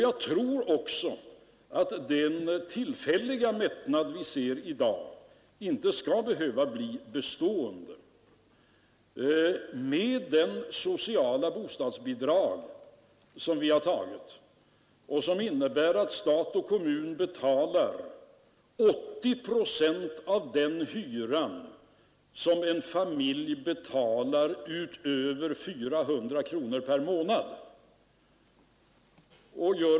Jag tror också att den tillfälliga mättnad vi ser i dag inte skall behöva bli bestående. Det sociala bostadsbidrag som vi tagit innebär ju att stat och kommun betalar 80 procent av den hyra som en familj betalar utöver 400 kronor per månad.